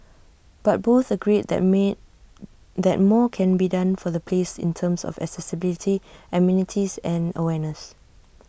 but both agreed that made that more can be done for the place in terms of accessibility amenities and awareness